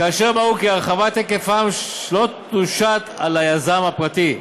כאשר ברור כי הרחבת היקפם לא תושת על היזם הפרטי.